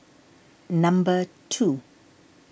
number two